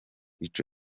ico